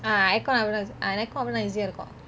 ah